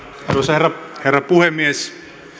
herra herra puhemies